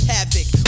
Havoc